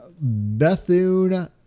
Bethune